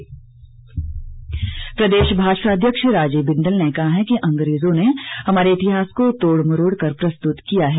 बिंदल प्रदेश भाजपा अध्यक्ष राजीव बिंदल ने कहा है कि अंग्रेजों ने हमारे इतिहास को तोड़ मरोड़ कर प्रस्तुत किया है